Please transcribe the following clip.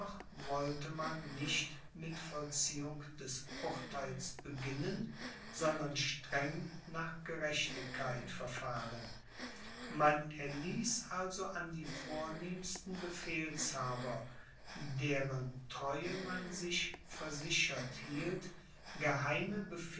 wollte man nicht mit vollziehung des urtheils beginnen sondern streng nach gerechtigkeit verfahren man erließ also an die vornehmsten befehlshaber deren treue man sich versichert hielt